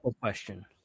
question